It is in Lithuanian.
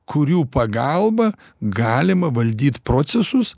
kurių pagalba galima valdyt procesus